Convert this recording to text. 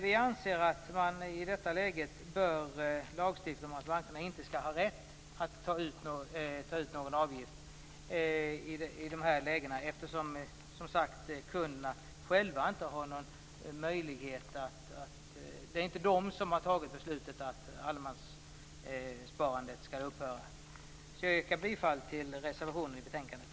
Vi anser att man bör lagstifta om att bankerna inte skall ha rätt att ta ut någon avgift i de här lägena. Kunderna har ju som sagt inte själva någon valmöjlighet i det här fallet. Det är inte de som har fattat beslutet om att allemanssparandet skall upphöra. Jag yrkar därför bifall till reservationen i betänkandet.